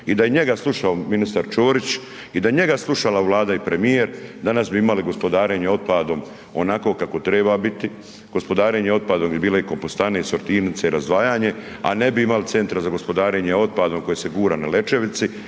I da je njega slušao ministar Ćorić i da je njega slušala Vlada i premijer danas bi imali gospodarenje otpadom onako kako treba biti, gospodarenje otpadom bi bile i kompostane i sortirnice i razdvajanje a ne bi imali centra za gospodarenje otpadom koje se gura na Lećevici,